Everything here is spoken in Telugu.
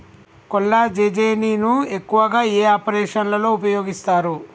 కొల్లాజెజేని ను ఎక్కువగా ఏ ఆపరేషన్లలో ఉపయోగిస్తారు?